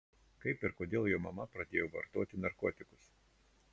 kaip ir kodėl jo mama pradėjo vartoti narkotikus